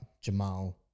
Jamal